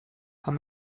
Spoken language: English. how